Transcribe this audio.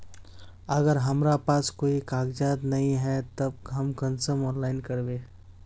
अगर हमरा पास कोई कागजात नय है तब हम कुंसम ऑनलाइन करबे?